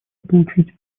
получить